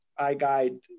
iGUIDE